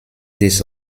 des